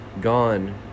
gone